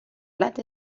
plat